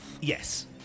Yes